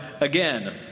again